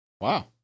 Wow